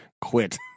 Quit